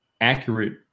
accurate